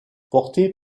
porté